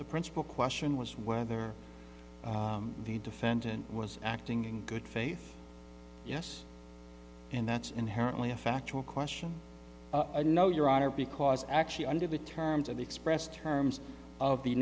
the principle question was whether the defendant was acting in good faith yes and that's inherently a factual question i don't know your honor because actually under the terms of the expressed terms of the